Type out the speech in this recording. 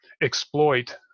exploit